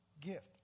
gift